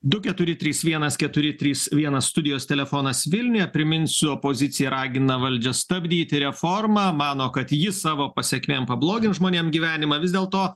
du keturi trys vienas keturi trys vienas studijos telefonas vilniuje priminsiu opozicija ragina valdžią stabdyti reformą mano kad ji savo pasekmėm pablogins žmonėm gyvenimą vis dėlto